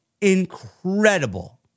incredible